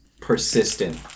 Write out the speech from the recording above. persistent